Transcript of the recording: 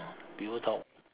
people talk